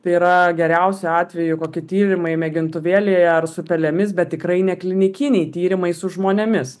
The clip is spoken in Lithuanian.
tai yra geriausiu atveju kokie tyrimai mėgintuvėlyje ar su pelėmis bet tikrai ne klinikiniai tyrimai su žmonėmis